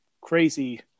crazy